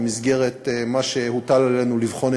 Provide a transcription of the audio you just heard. במסגרת מה שהוטל עלינו לבחון,